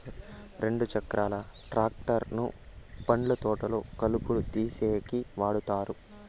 రెండు చక్రాల ట్రాక్టర్ ను పండ్ల తోటల్లో కలుపును తీసేసేకి వాడతారు